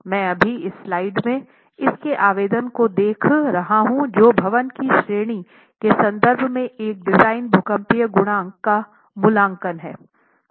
मैं अभी इस स्लाइड में इसके आवेदन को देख रहा हूं जो भवन की श्रेणी के संदर्भ में एक डिजाइन भूकंपी गुणांक का मूल्यांकन है